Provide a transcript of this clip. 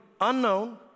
unknown